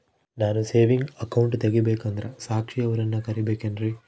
ನಾನು saving account ತೆಗಿಬೇಕಂದರ ಸಾಕ್ಷಿಯವರನ್ನು ಕರಿಬೇಕಿನ್ರಿ?